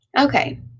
Okay